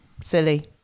Silly